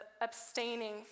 abstaining